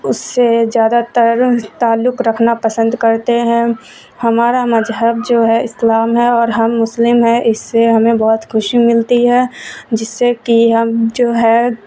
اس سے زیادہ تر تعلق رکھنا پسند کرتے ہیں ہمارا مذہب جو ہے اسلام ہے اور ہم مسلم ہیں اس سے ہمیں بہت خوشی ملتی ہے جس سے کہ ہم جو ہے